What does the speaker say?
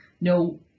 no